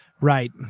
Right